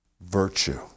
virtue